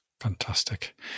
Fantastic